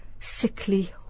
sickly